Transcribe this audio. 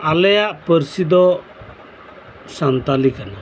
ᱟᱞᱮᱭᱟᱜ ᱯᱟᱹᱨᱥᱤ ᱫᱚ ᱥᱟᱱᱛᱟᱞᱤ ᱠᱟᱱᱟ